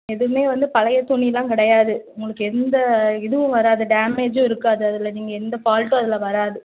எதுவுமே வந்து பழைய துணிலாம் கிடையாது உங்களுக்கு எந்த இதுவும் வராது டேமேஜும் இருக்காது அதில் நீங்கள் எந்த ஃபால்ட்டும் அதில் வராது